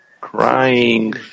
crying